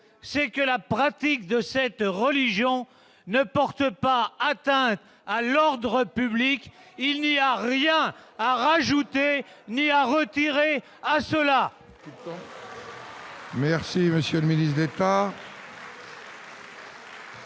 c'est que la pratique de cette religion ne porte pas atteinte à l'ordre public. Il n'y a rien à ajouter ni rien à retirer à cela